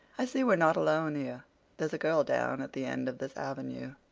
i see we're not alone here there's a girl down at the end of this avenue.